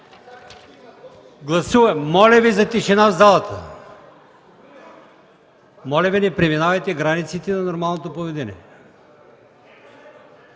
ИМАМОВ: Моля за тишина в залата! Моля Ви не преминавайте границите на нормалното поведение.